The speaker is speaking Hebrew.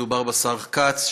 מדובר בשר כץ,